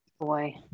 boy